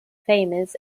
famous